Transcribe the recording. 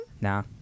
Nah